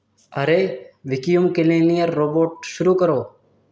ارے vacuum cleaner robot شروع کرو